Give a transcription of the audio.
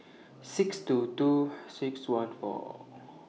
six two two six one four